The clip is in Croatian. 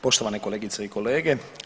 Poštovane kolegice i kolege.